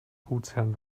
gutsherren